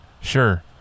Sure